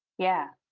yeah.